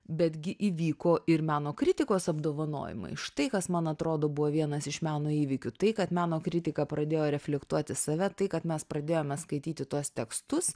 betgi įvyko ir meno kritikos apdovanojimai štai kas man atrodo buvo vienas iš meno įvykių tai kad meno kritika pradėjo reflektuoti save tai kad mes pradėjome skaityti tuos tekstus